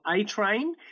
A-Train